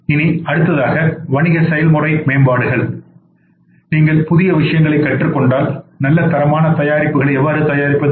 இனி அடுத்ததாக வணிக செயல்முறை மேம்பாடுகள் நீங்கள் புதிய விஷயங்களைக் கற்றுக்கொண்டால் நல்ல தரமான தயாரிப்புகளை எவ்வாறு தயாரிப்பது